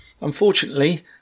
Unfortunately